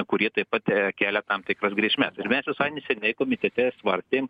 kurie taip pat kelia tam tikras grėsmes ir mes visai neseniai komitete svarstėm